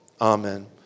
Amen